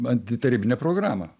antitarybinę programą